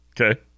okay